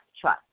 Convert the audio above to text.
trust